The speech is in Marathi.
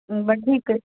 पण ठीक आहे